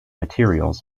materials